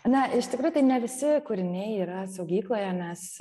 na iš tikrųjų tai ne visi kūriniai yra saugykloje nes